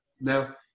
Now